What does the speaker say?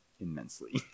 immensely